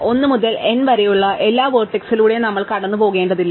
1 മുതൽ n വരെയുള്ള എല്ലാ വെർട്ടെക്സിലൂടെയും നമ്മൾ കടന്നുപോകേണ്ടതില്ല